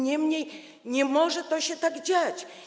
Niemniej nie może to się tak dziać.